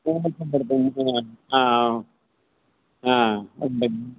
துவரம்பருப்பு ஆ ஆ ஆ